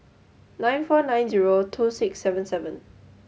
nine four nine zero two six seven seven